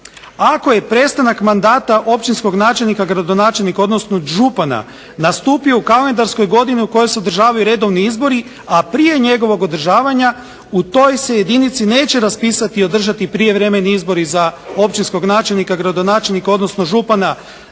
ako je prestanak mandata općinskog načelnika, gradonačelnika, odnosno župana nastupio u kalendarskoj godini u kojoj se održavaju redovni izbori, a prije njegovog održavanja u toj se jedinici neće raspisati i održati prijevremeni izbori za općinskog načelnika, gradonačelnika, odnosno župana